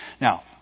Now